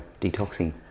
detoxing